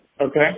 Okay